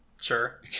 Sure